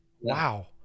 Wow